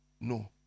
No